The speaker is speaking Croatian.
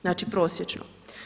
Znači prosječno.